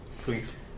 Please